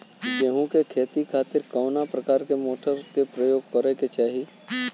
गेहूँ के खेती के खातिर कवना प्रकार के मोटर के प्रयोग करे के चाही?